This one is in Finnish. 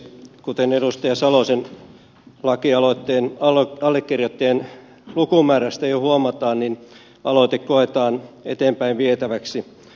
kuten edustaja salosen lakialoitteen allekirjoittajien lukumäärästä jo huomataan niin aloite koetaan eteenpäin vietäväksi